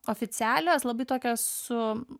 oficialios labai tokios su